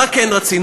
מה כן רצינו?